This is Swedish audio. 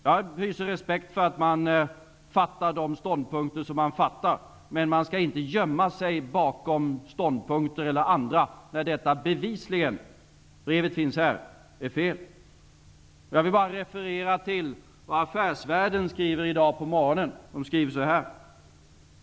Jag hyser respekt för att man intar de ståndpunkter som man fattar, men man skall inte gömma sig bakom andra när detta bevisligen -- brevet finns här -- är fel. Jag vill bara referera till vad Affärsvärlden skriver i dag på morgonen.